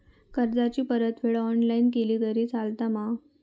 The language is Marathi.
कर्जाची परतफेड ऑनलाइन केली तरी चलता मा?